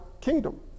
kingdom